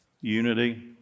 unity